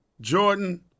Jordan